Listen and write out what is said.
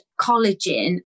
collagen